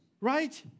right